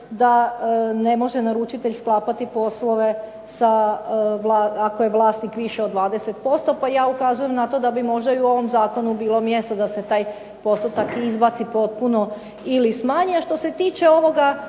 da ne može naručitelj sklapati poslove ako je vlasnik više od 20%. Pa ja ukazujem na to da bi možda i u ovom zakonu bilo mjesto da se taj izbaci potpuno ili smanji. A što se tiče ovoga